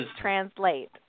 translate